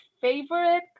favorite